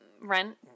rent